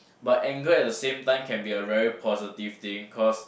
but anger at the same time can be a very positive thing cause